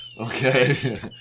Okay